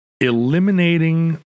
eliminating